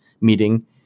meeting